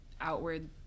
outward